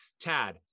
Tad